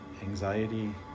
anxiety